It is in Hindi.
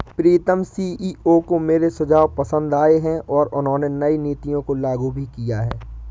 प्रीतम सी.ई.ओ को मेरे सुझाव पसंद आए हैं और उन्होंने नई नीतियों को लागू भी किया हैं